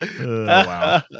Wow